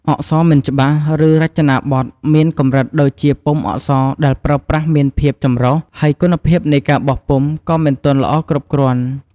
អក្សរមិនច្បាស់ ឬរចនាបថមានកម្រិតដូចជាពុម្ពអក្សរដែលប្រើប្រាស់មានភាព ចម្រុះ ហើយគុណភាពនៃការបោះពុម្ពក៏មិនទាន់ល្អគ្រប់គ្រាន់ ។